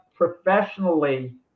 professionally